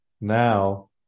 now